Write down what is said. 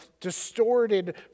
distorted